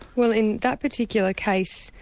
well in that particular case,